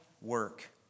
work